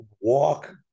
walk